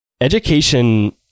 Education